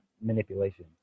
manipulation